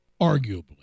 arguably